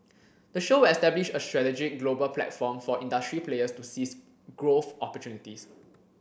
the show will establish a strategic global platform for industry players to seize growth opportunities